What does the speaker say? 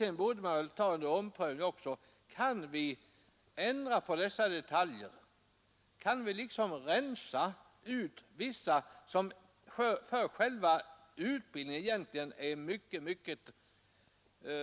Sedan bör vi också pröva om vi inte kan ändra på de detaljerna och rensa ut vissa för själva utbildningen egentligen ganska